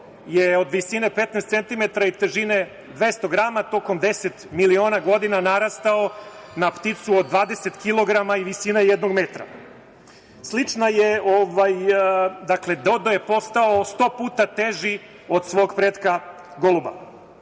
je od visine 15 centimetara i težine 200 grama tokom 10 miliona godina narastao na pticu od 20 kilograma i visine jednog metra. Dakle Doda je postao 100 puta teži od svog pretka goluba.